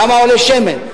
כמה עולה שמן,